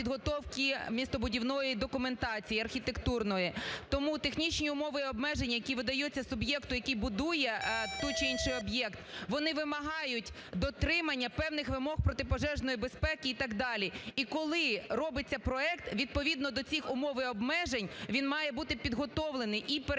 містобудівної документації і архітектурної. Тому технічні умови і обмеження, які видаються суб'єкту, який будує той чи інший об'єкт, вони вимагають дотримання певних вимог протипожежної безпеки і так далі. І коли робиться проект, відповідно до цих умов і обмежень він має бути підготовлений і перевірений.